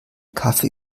kaffee